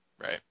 Right